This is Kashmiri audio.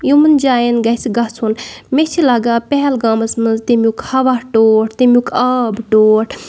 یِمن جاین گژھِ گژھُن مےٚ چھ لگان پہلگامَس منٛز تِمیُک ہوا ٹوٹھ تَمیُک آب ٹوٹھ